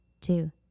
two